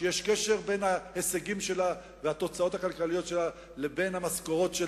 שיש בה קשר בין ההישגים והתוצאות הכלכליות לבין המשכורות,